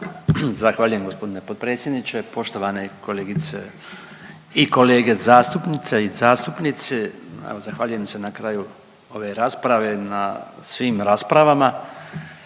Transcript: Zahvaljujem gospodine potpredsjedniče. Poštovane kolegice i kolege zastupnice i zastupnici, evo zahvaljujem se na kraju ove rasprave na svim raspravama.